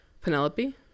Penelope